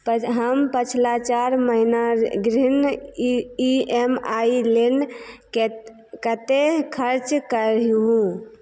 हम पछिला चाइर महिना ऋण ई एम आई लेल केत कते खर्चा कयलहुँ